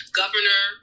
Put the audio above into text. governor